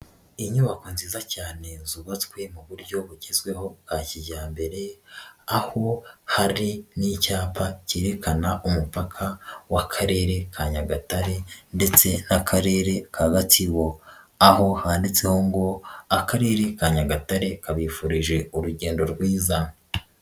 Inyubako nziza cyane zubatswe mu buryo bugezweho bwa kijyambere, aho hari n'icyapa cyerekana umupaka w'Akarere ka Nyagatare ndetse n'Akarere ka Gatsibo, aho handitseho ngo akarere ka Nyagatare kabifurije urugendo rwiza.